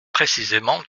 précisément